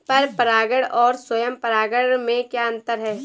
पर परागण और स्वयं परागण में क्या अंतर है?